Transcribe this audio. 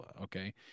Okay